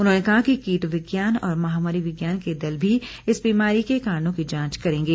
उन्होंने कहा कि कीट विज्ञान और महामारी विज्ञान के दल भी इस बीमारी के कारणों की जांच करेंगे